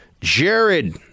jared